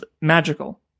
magical